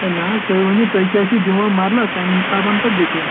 ہے نَہ حظ تُہۍ ؤنِو تُہۍ کیاہ چھُ دِوان مَرلَس تَمہِ حِسابن وَنہٕ پَتہٕ بٕتہِ